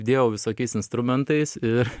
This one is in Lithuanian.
apdėjau visokiais instrumentais ir